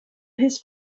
his